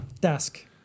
Desk